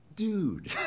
dude